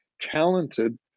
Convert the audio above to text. talented